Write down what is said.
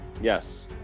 Yes